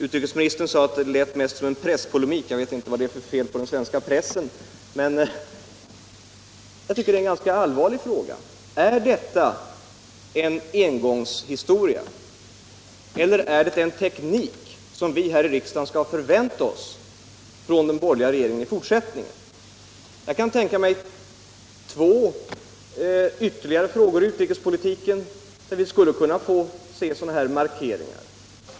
Utrikesministern sade att det lät mest som en presspolemik. Jag vet inte vad det är för fel på den svenska pressen. Men jag tycker detta är en allvarlig fråga. Är detta en engångshistoria eller är det en teknik som vi här i riksdagen kan vänta oss att den borgerliga regeringen skall använda även i fortsättningen? Jag kan tänka mig ytterligare två frågor i utrikespolitiken där vi skulle kunna få se sådana här markeringar.